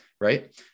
right